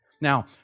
Now